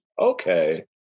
Okay